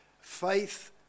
faith